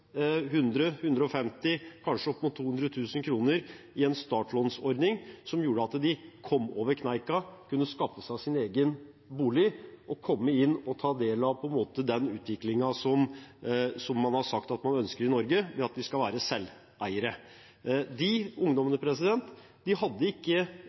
100 000 kr, 150 000 kr – kanskje opp mot 200 000 kr – i en startlånsordning som gjorde at de kom seg over kneika, kunne skaffe seg sin egen bolig og komme inn og ta del i den utviklingen man har sagt man ønsker i Norge: at man skal være selveiere. Disse ungdommene hadde ikke